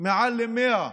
מעל 100,